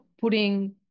putting